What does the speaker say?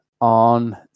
on